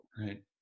Right